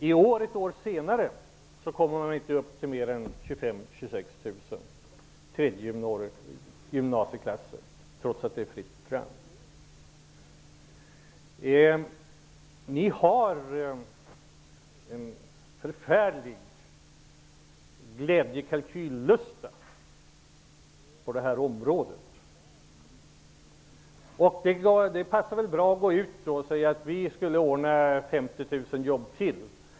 I år, ett år senare, kommer man inte upp till mer än 25 000--26 000 gymnasieplatser trots att det är fritt fram. Ni har en enorm glädjekalkyllusta på det här området. Det passar då bra att säga att man skall ordna ytterligare 50 000 jobb.